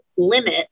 limit